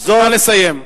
נא לסיים.